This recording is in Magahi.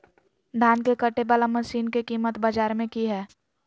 धान के कटे बाला मसीन के कीमत बाजार में की हाय?